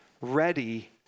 ready